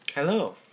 Hello